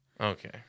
Okay